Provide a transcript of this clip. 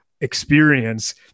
experience